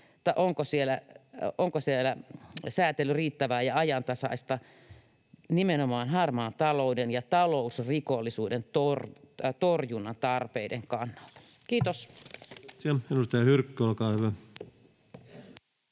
onko siellä säätely riittävää ja ajantasaista nimenomaan harmaan talouden ja talousrikollisuuden torjunnan tarpeiden kannalta. — Kiitos.